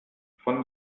von